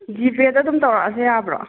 ꯖꯤꯄꯦꯗ ꯑꯗꯨꯝ ꯇꯧꯔꯛꯑꯁꯨ ꯌꯥꯕ꯭ꯔꯣ